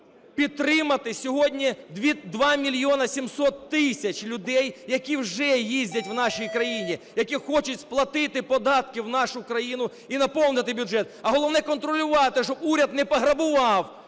підтримати сьогодні 2 мільйона 700 тисяч людей, які вже їздять в нашій країні, які хочуть сплатити податки в нашу країну і наповнити бюджет. А головне – контролювати, щоб уряд не пограбував